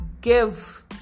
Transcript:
give